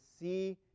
see